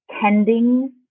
tending